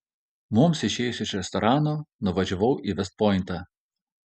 mums išėjus iš restorano nuvažiavau į vest pointą